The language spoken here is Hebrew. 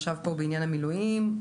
עכשיו פה בעניין המילואים,